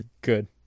Good